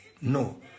No